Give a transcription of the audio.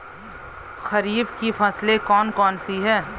खरीफ की फसलें कौन कौन सी हैं?